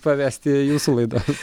pavesti jūsų laidos